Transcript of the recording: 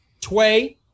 Tway